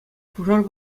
пушар